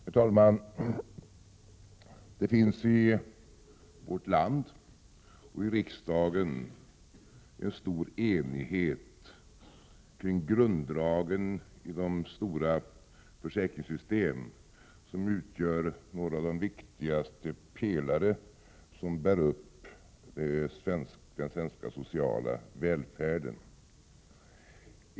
Herr talman! Det finns i vårt land och i riksdagen en stor enighet kring grunddragen i de stora försäkringssystemen som utgör några av de viktigaste pelarna som bär upp den svenska sociala välfärden.